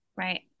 Right